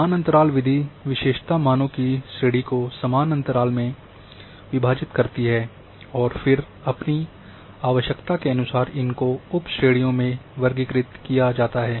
समान अंतराल विधि विशेषता मानों की श्रेणी को समान अंतराल में विभाजित करती है और फिर अपनी आवश्यकता के अनुसार इनको उप श्रेणियों में वर्गीकृत किया जाता है